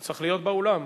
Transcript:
שצריך להיות באולם.